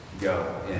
Go